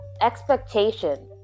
expectation